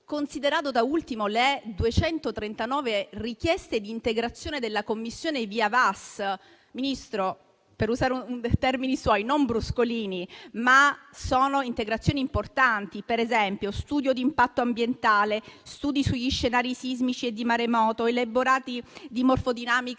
considerare le 239 richieste di integrazione della commissione VIA-VAS. Signor Ministro - per usare un termine suo - sono non bruscolini, ma integrazioni importanti: per esempio, studio di impatto ambientale; studi sugli scenari sismici e di maremoto; elaborati di morfodinamica